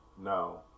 no